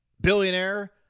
billionaire